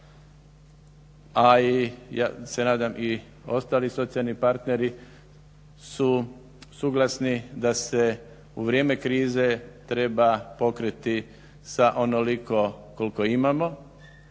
i ostali socijalni partneri su suglasni da se u vrijeme krize treba pokriti sa onoliko koliko imamo